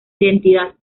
identidad